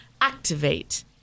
activate